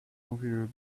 computer